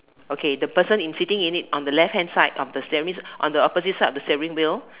okay the person in sitting in it on the left hand side of the steer~ means on the opposite side of the steering wheel